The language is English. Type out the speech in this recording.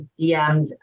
DMs